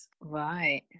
right